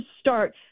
start